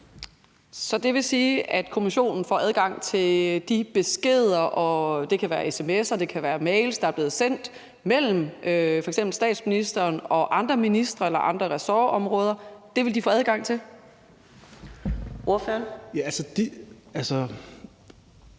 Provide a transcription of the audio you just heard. Så det vil sige, at kommissionen vil få adgang til de beskeder, og det kan være sms'er, og det kan være mails, der er blevet sendt mellem f.eks. statsministeren og andre ministre eller andre ressortområder? Kl. 13:19 Fjerde næstformand (Karina